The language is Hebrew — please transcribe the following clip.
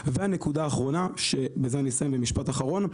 והנקודה האחרונה, בזה אני אסיים במשפט אחרון.